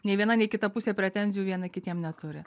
nei viena nei kita pusė pretenzijų vieni kitiem neturi